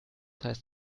heißt